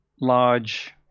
large